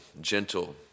gentle